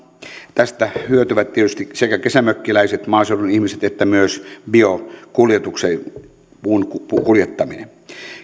tästä hyötyvät tietysti sekä kesämökkiläiset maaseudun ihmiset että myös biokuljetus puun kuljettaminen